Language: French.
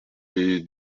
est